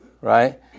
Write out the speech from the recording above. right